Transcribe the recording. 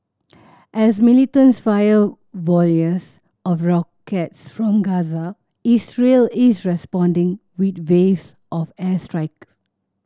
as militants fire volleys of rockets from Gaza Israel is responding with waves of airstrikes